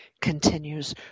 continues